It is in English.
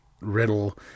Riddle